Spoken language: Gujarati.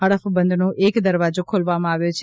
હડફ બંધનો એક દરવાજો ખોલવામાં આવ્યો છે